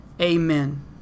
Amen